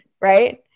right